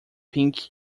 pink